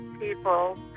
people